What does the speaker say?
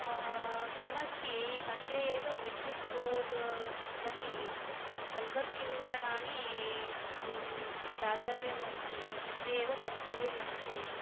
किमस्ति अद्य एव विद्युत् बोर्ड् प्रति सम्पर्किविवरणानि दातव्यमस्ति अद्य एव कर्तव्यम् अस्ति